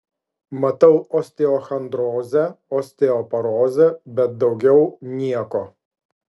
matau osteochondrozę osteoporozę bet daugiau nieko